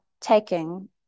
taking